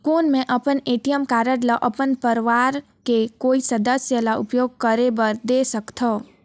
कौन मैं अपन ए.टी.एम कारड ल अपन परवार के कोई सदस्य ल उपयोग करे बर दे सकथव?